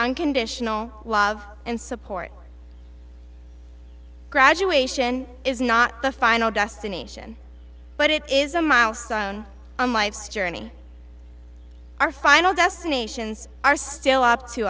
unconditional love and support graduation is not the final destination but it is a milestone on life's journey our final destinations are still up to